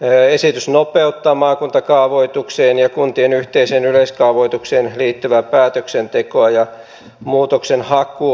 esitys nopeuttaa maakuntakaavoitukseen ja kuntien yhteiseen yleiskaavoitukseen liittyvää päätöksentekoa ja muutoksenhakua